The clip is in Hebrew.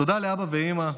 תודה לאבא ולאימא,